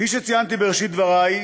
כפי שציינתי בראשית דברי,